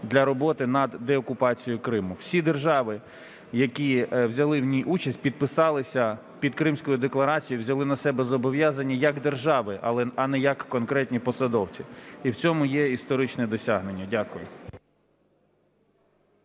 для роботи над деокупацією Криму. Всі держави, які взяли в ній участь, підписалися під Кримською декларацією, взяли на себе зобов'язання як держави, а не як конкретні посадовці. І в цьому є історичне досягнення. Дякую.